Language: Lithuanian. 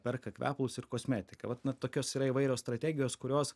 perka kvepalus ir kosmetiką vat na tokios yra įvairios strategijos kurios